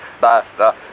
basta